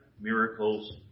miracles